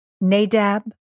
Nadab